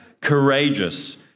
Courageous